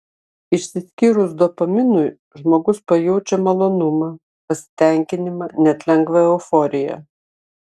išsiskyrus dopaminui žmogus pajaučia malonumą pasitenkinimą net lengvą euforiją